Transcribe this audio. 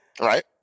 right